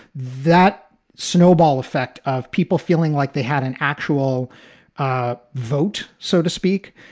that snowball effect of people feeling like they had an actual ah vote, so to speak.